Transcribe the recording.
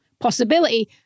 possibility